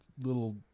little